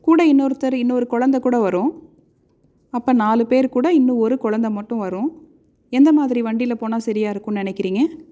கூட இன்னொருத்தர் இன்னோரு குழந்தைக்கூட வரும் அப்போ நாலு பேர் கூட இன்னும் ஒரு குழந்தை மட்டும் வரும் எந்த மாதிரி வண்டியில போனா சரியாருக்கும் நினைக்கிறீங்க